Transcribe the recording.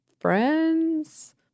friends